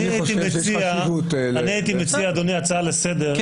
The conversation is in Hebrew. הייתי מציע, אדוני, הצעה לסדר.